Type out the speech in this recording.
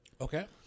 Okay